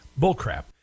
bullcrap